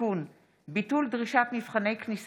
(תיקון מס' 19) (שלילת אפוטרופסות מהורה בשל עבירה פלילית חמורה),